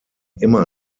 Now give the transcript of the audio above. immer